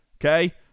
Okay